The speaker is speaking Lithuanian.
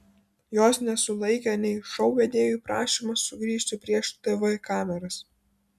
jos nesulaikė nei šou vedėjų prašymas sugrįžti prieš tv kameras